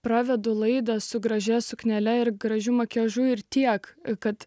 pravedu laidą su gražia suknele ir gražiu makiažu ir tiek kad